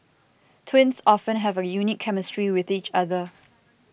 twins often have a unique chemistry with each other